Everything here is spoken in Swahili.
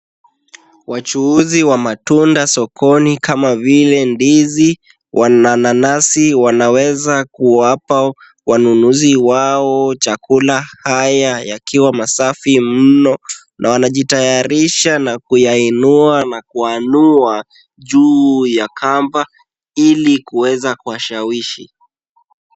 Wachuuzi wa matunda sokoni kama vile ndizi na nanasi, wanaweza kuwapa wanunuzi wao chakula haya yakiwa safi mno. Na wanajitayarisha na kuyainua na kuyaanua juu ya kamba ili kuweza kuwashawishi.